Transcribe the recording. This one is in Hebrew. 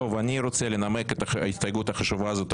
אני רוצה לנמק את ההסתייגות החשובה הזאת.